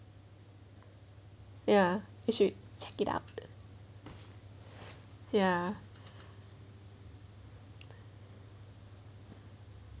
ya you should check it up ya